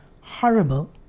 horrible